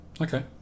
Okay